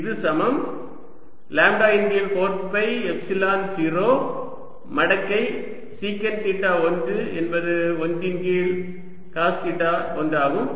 இது சமம் லாம்ப்டா இன் கீழ் 4 பை எப்சிலன் 0 மடக்கை சீகண்ட் தீட்டா 1 என்பது 1 இன் கீழ் காஸ் தீட்டா 1 ஆகும்